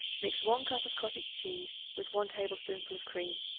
mix one cup of cottage cheese with one tablespoonful of cream,